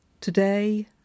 today